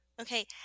Okay